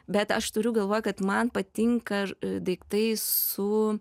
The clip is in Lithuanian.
bet aš turiu galvoj kad man patinka daiktai su